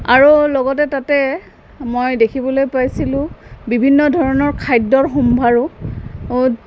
আৰু লগতে তাতে মই দেখিবলৈ পাইছিলোঁ বিভিন্ন ধৰণৰ খাদ্যৰ সম্ভাৰো